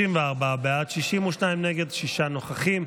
בעד, 34, נגד, 62, שישה נוכחים.